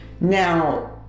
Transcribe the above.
Now